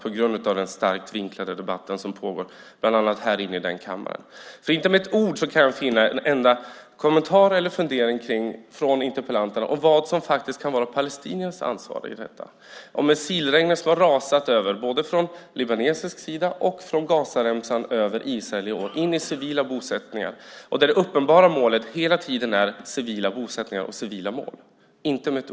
Det beror på den starkt vinklade debatt som förs bland annat i denna kammare. Jag kan inte finna ett enda ord, inte en enda kommentar eller fundering från interpellanterna om vad som kan vara palestiniernas ansvar i detta. Inte med ett enda ord kommenterar man missilregnet som både från libanesisk sida och från Gazaremsan i år rasat över Israel och in i civila bosättningar. Det uppenbara målet är hela tiden civila bosättningar och andra civila mål.